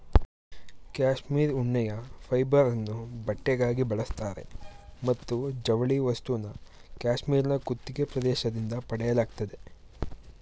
cashmere ಉಣ್ಣೆಯ ಫೈಬರನ್ನು ಬಟ್ಟೆಗಾಗಿ ಬಳಸ್ತಾರೆ ಮತ್ತು ಜವಳಿ ವಸ್ತುನ ಕ್ಯಾಶ್ಮೀರ್ನ ಕುತ್ತಿಗೆ ಪ್ರದೇಶದಿಂದ ಪಡೆಯಲಾಗ್ತದೆ